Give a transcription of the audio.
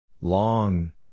Long